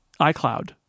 iCloud